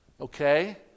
Okay